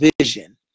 vision